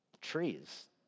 trees